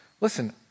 Listen